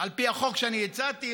על פי החוק שאני הצעתי,